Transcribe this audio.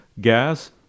gas